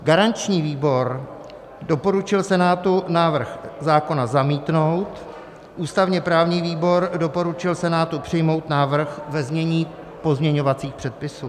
Garanční výbor doporučil Senátu návrh zákona zamítnout, ústavněprávní výbor doporučil Senátu přijmout návrh ve znění pozměňovacích předpisů.